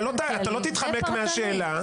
אתה לא תתחמק מהשאלה,